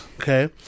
Okay